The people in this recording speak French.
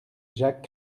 jacques